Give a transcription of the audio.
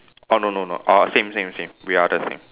uh no no no uh same same same we are the same